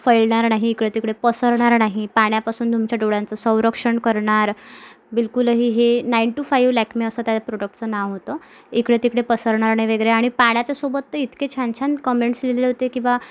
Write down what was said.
फैलणार नाही इकडंतिकडे पसरणार नाही पाण्यापासून तुमच्या डोळ्यांचं संरक्षण करणार बिलकुल ही हे नाइन टू फाइव्ह लॅकमे असं त्या प्रोडक्टचं नाव होतं इकडेतिकडे पसरणार नाही वगैरे आणि पाण्याच्यासोबत ते इतके छानछान कमेंट्स लिहिलेले होते की बा